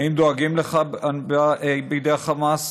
האם דואגים לך, בידי החמאס?